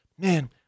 Man